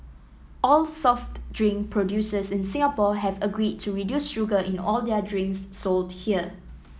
all soft drink producers in Singapore have agreed to reduce sugar in all their drinks sold here